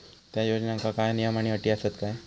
त्या योजनांका काय नियम आणि अटी आसत काय?